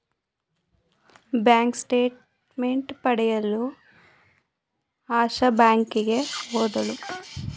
bank statement ಪಡೆಯಲು ಆಶಾ ಬ್ಯಾಂಕಿಗೆ ಹೋದಳು